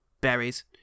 Berries